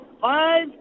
five